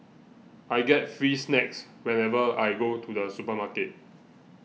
I get free snacks whenever I go to the supermarket